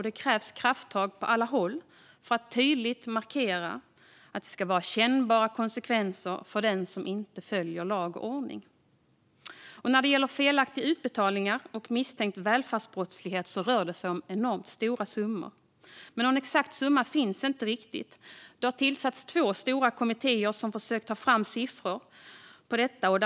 Det krävs krafttag på alla håll för att tydligt markera att det ska vara kännbara konsekvenser för den som inte följer lag och ordning. När det gäller felaktiga utbetalningar och misstänkt välfärdsbrottslighet rör det sig om enormt stora summor, men någon exakt siffra finns inte. Det har tillsatts två stora kommittéer som försökt att ta fram siffror på detta.